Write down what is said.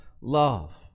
love